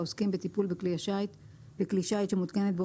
העוסקים בטיפול בכלי שיט שמותקנת בו